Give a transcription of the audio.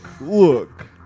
look